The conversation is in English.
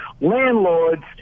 Landlords